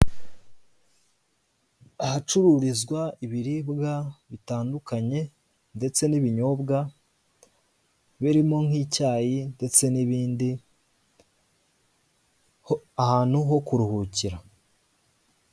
Ahacururizwa ibiribwa bitandukanye, ndetse n'ibinyobwa birimo nk'icyayi ndetse n'ibindi, ahantu ho kuruhukira.